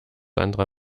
sandra